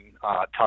talk